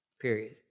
period